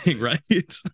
right